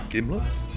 Gimlet's